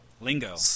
Lingo